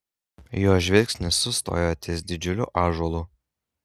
jo žvilgsnis sustojo ties didžiuliu ąžuolu